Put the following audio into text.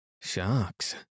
Sharks